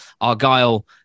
Argyle